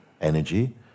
energy